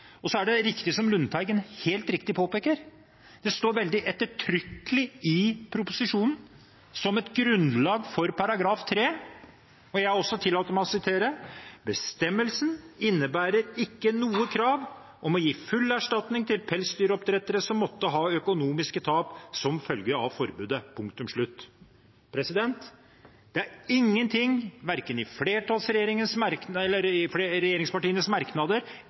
det. Så er det helt riktig, som representanten Lundteigen påpeker, at det står ettertrykkelig i proposisjonen som et grunnlag for § 3, og også jeg tillater meg å sitere: «bestemmelsen innebærer ikke noe krav om å gi full erstatning til pelsdyroppdrettere som måtte ha økonomiske tap som følge av forbudet.» Det er ingenting, verken i regjeringspartienes merknader eller i